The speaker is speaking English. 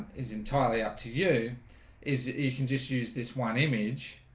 it's entirely up to you is you can just use this one image.